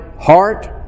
heart